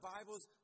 Bibles